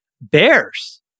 bears